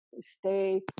stay